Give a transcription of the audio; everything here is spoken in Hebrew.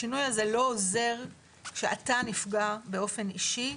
השינוי הזה לא עוזר שאתה נפגע באופן אישי,